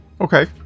Okay